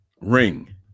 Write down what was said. Ring